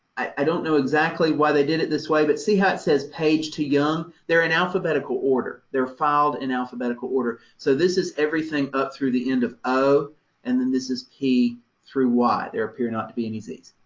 i don't know exactly why they did it this way, but see how it says page to young? they're in alphabetical order, they're filed in alphabetical order, so this is everything up through the end of o and then this is p through y. there appear not to be any zs.